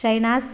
Shainaz